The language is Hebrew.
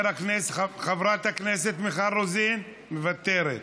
חברת הכנסת מיכל רוזין, מוותרת,